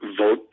vote